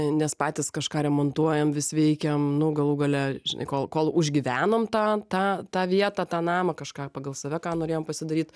nes patys kažką remontuojam vis veikiam nu galų gale žinai kol kol užgyvenam tą tą tą vietą tą namą kažką pagal save ką norėjom pasidaryt